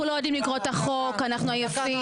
אנחנו לא יודעים לקרוא את החוק, אנחנו עייפים.